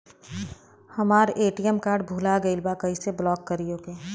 हमार ATM card भूला गईल बा कईसे ब्लॉक करी ओके?